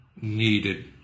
needed